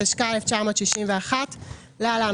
התשכ"א 1961 (להלן,